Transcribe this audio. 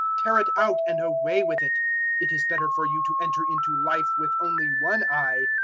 tear it out and away with it it is better for you to enter into life with only one eye,